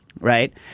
right